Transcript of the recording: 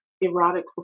erotic